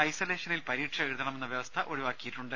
ഐസൊലേഷനിൽ പരീക്ഷ എഴുതണമെന്ന വ്യവസ്ഥ ഒഴിവാക്കിയിട്ടുണ്ട്